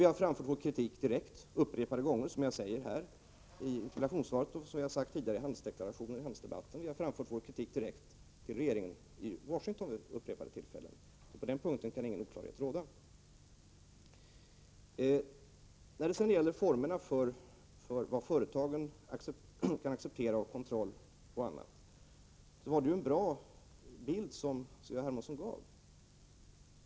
Vi har framfört vår kritik direkt upprepade gånger, vilket jag sagt i interpellationssvaret och tidigare i handelsdeklarationen och i handelsdebatten. Vi har framfört vår kritik till regeringen i Washington vid upprepade tillfällen. På den punkten kan ingen oklarhet råda. När det sedan gäller formerna för vad företagen kan acceptera av kontroll och annat var det en bra bild som C.-H. Hermansson gav.